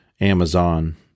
Amazon